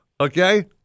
okay